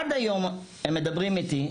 עד היום הם מדברים איתי,